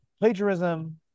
plagiarism